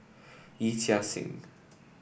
Yee Chia Hsing